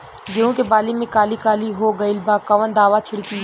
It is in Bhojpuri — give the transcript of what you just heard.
गेहूं के बाली में काली काली हो गइल बा कवन दावा छिड़कि?